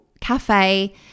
cafe